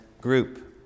group